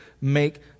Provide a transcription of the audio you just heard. make